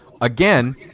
again